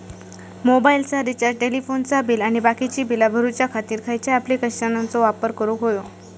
मोबाईलाचा रिचार्ज टेलिफोनाचा बिल आणि बाकीची बिला भरूच्या खातीर खयच्या ॲप्लिकेशनाचो वापर करूक होयो?